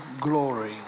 glory